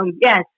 Yes